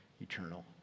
eternal